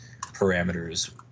parameters